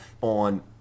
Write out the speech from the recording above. on